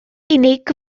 unig